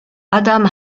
adam